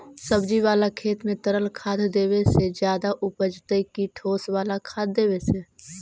सब्जी बाला खेत में तरल खाद देवे से ज्यादा उपजतै कि ठोस वाला खाद देवे से?